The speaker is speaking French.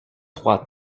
trois